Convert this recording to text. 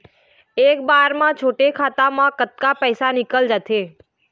एक बार म छोटे खाता म कतक पैसा निकल जाथे?